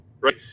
Right